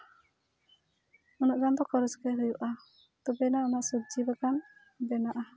ᱩᱱᱟᱹᱜ ᱜᱟᱱ ᱫᱚ ᱠᱷᱚᱨᱚᱪ ᱜᱮ ᱦᱩᱭᱩᱜᱼᱟ ᱛᱚᱵᱮ ᱮᱱᱟ ᱚᱱᱟ ᱥᱚᱵᱽᱡᱤ ᱵᱟᱜᱟᱱ ᱵᱮᱱᱟᱜᱼᱟ